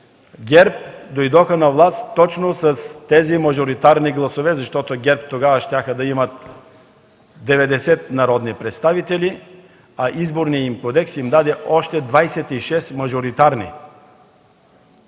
ГЕРБ дойдоха на власт точно с тези мажоритарни гласове, защото ГЕРБ тогава щяха да имат 90 народни представители, а Изборният им кодекс им даде още 26 мажоритарни.